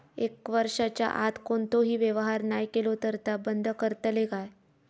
एक वर्षाच्या आत कोणतोही व्यवहार नाय केलो तर ता बंद करतले काय?